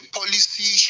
policy